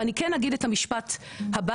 ואני כן אגיד את המשפט הבא,